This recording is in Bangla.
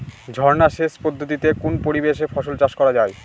ঝর্না সেচ পদ্ধতিতে কোন পরিবেশে ফসল চাষ করা যায়?